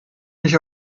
mich